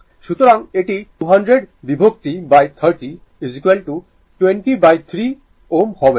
সুতরাং এটি 200 বিভক্ত 30 203 Ω হবে